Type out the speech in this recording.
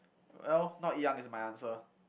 well not young is my answer